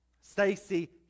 Stacy